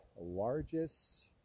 largest